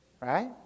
Right